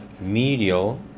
medial